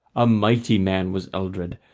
a mighty man was eldred,